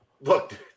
Look